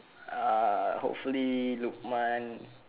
uh hopefully lukman